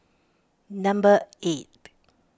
number eight